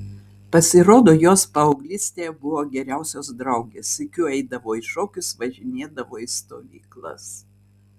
pasirodo jos paauglystėje buvo geriausios draugės sykiu eidavo į šokius važinėdavo į stovyklas